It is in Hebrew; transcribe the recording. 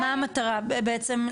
< יור >> היו"ר שרן מרים השכל: מה המטרה בעצם?